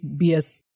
BS